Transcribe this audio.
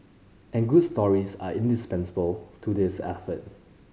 and good stories are indispensable to this effort